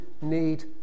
need